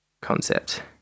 concept